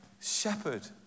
shepherd